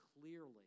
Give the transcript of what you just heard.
clearly